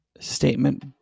statement